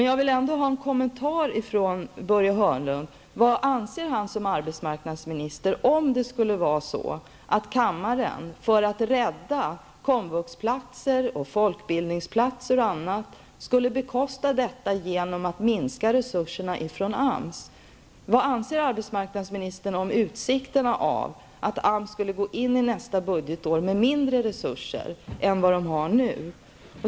Jag vill ändå ha en kommentar från Börje Hörnlund om vad han som arbetsmarknadsminister skulle anse om kammaren skulle rädda komvux-platser, folkbildningsplatser och annat genom att minska resurserna till AMS. Vad anser arbetsmarknadsministern om utsikterna för att AMS skulle gå in i nästa budgetår med mindre resurser än man har nu?